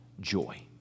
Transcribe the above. joy